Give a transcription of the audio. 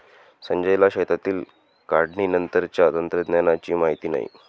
संजयला शेतातील काढणीनंतरच्या तंत्रज्ञानाची माहिती नाही